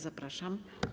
Zapraszam.